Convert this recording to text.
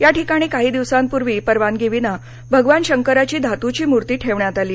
या ठिकाणी काही दिवसांपूर्वी परवानगीविना भगवान शंकराची धातूची मूर्ती ठेवण्यात आली